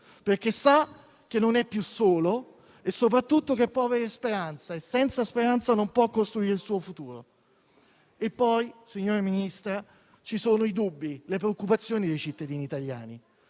perché sa che non è più solo e, soprattutto, che può avere speranza: e senza speranza non può costruire il suo futuro. Poi, ci sono i dubbi e le preoccupazioni dei cittadini italiani,